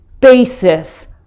basis